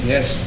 Yes